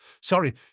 Sorry